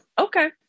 Okay